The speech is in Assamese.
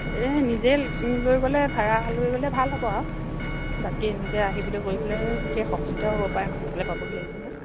এই নিজেই লৈ গ'লে ভাড়া লৈ গ'লে ভাল হ'ব আৰু বাকী এনেকৈ আহিবলৈ কৰিবলৈ বিশেষ অসুবিধাও হ'ব পাৰে সোনকালে পাবহি লাগিব নে